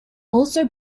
also